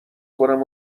کنم